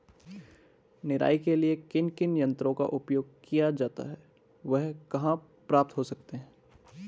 निराई के लिए किन किन यंत्रों का उपयोग किया जाता है वह कहाँ प्राप्त हो सकते हैं?